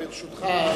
ברשותך,